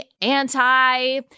anti